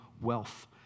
wealth